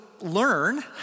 learn